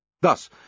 Thus